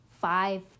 five